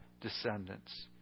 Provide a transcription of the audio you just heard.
descendants